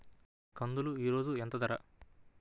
కందులు ఈరోజు ఎంత ధర?